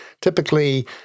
Typically